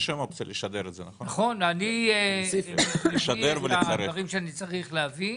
אני בדוח של 2022 אני מביא את הדברים שאני צריך להביא,